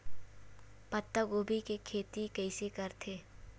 पत्तागोभी के खेती कइसे करथे?